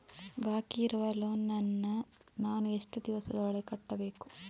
ಬಾಕಿ ಇರುವ ಲೋನ್ ನನ್ನ ನಾನು ಎಷ್ಟು ದಿವಸದ ಒಳಗೆ ಕಟ್ಟಬೇಕು?